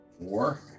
Four